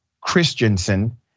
Christensen